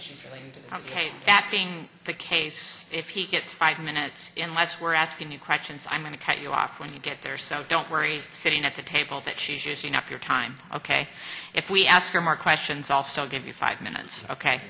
case that being the case if he gets five minutes in less we're asking you questions i'm going to cut you off when you get there so don't worry sitting at the table that she's using up your time ok if we ask her more questions i'll still give you five minutes ok